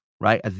right